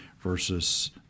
versus